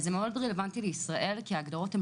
זה מאוד רלוונטי לישראל כי ההגדרות לא